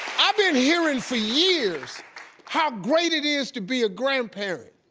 i've been hearing for years how great it is to be a grandparent.